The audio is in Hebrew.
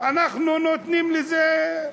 אנחנו נותנים לזה,